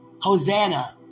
Hosanna